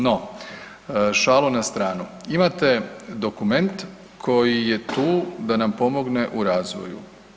No, šalu na stranu, imate dokument koji je tu da nam pomogne u razvoju.